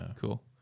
Cool